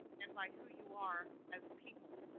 and by who you are as people.